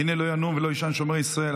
הנה לא ינום ולא יישן שומר ישראל.